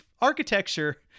architecture